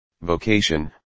vocation